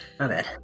Okay